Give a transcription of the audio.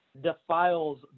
defiles